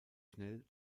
schnell